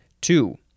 two